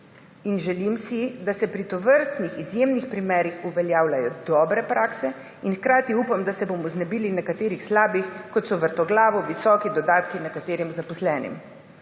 Želim si, da se pri tovrstnih izjemnih primerih uveljavljajo dobre prakse, in hkrati upam, da se bomo znebili nekaterih slabih, kot so vrtoglavo visoki dodatki nekaterim zaposlenim.